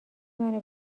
منو